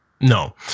No